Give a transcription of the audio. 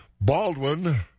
Baldwin